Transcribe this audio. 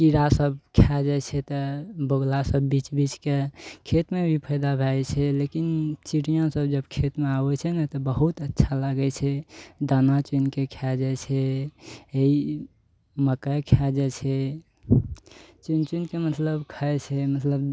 कीड़ा सब खै जाइ छै तऽ बोगुला सब बीछ बीछके खेतमे भी फायदा भऽ जाइ छै लेकिन चिड़िआ सब जब खेतमे आबै छै ने तऽ बहुत अच्छा लागै छै दाना चुनिके खा जाइ छै मकइ खा जाइ छै चुनि चुनिके मतलब खाइ छै मतलब